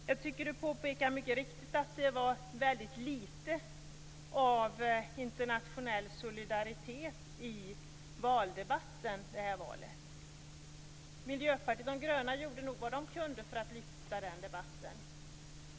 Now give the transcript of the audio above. Karl-Göran Biörsmark påpekar mycket riktigt att det var väldigt lite av internationell solidaritet i valdebatten inför valet. Vi i Miljöpartiet de gröna gjorde vad vi kunde för att lyfta den debatten.